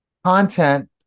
Content